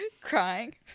crying